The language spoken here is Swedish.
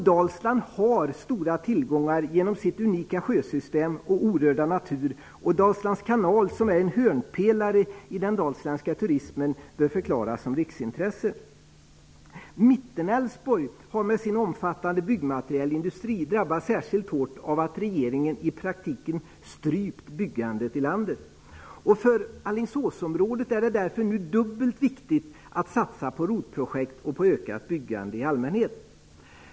Dalsland har stora tillgångar genom sitt unika sjösystem och sin orörda natur. Dalslands kanal, som är en hörnpelare i den dalsländska turismen, bör förklaras som riksintresse. Mittenälvsborg med sin omfattande byggmaterielindustri har drabbats särskilt hårt av att regeringen i praktiken har strypt byggandet i landet. För Alingsåsområdet är det därför nu dubbelt viktigt att satsa på ROT-projekt och ökat byggande i allmänhet.